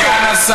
אני אומר לך כן.